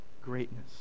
greatness